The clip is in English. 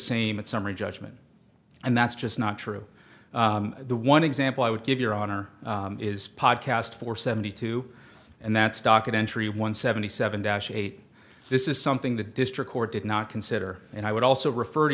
same in summary judgment and that's just not true the one example i would give your honor is podcast for seventy two and that's docket entry one seventy seven dash eight this is something the district court did not consider and i would also refer to